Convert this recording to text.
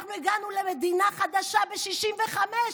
אנחנו הגענו למדינה חדשה ב-1965,